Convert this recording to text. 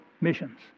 missions